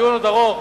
הדיון עוד ארוך,